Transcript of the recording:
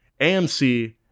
AMC